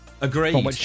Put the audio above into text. Agreed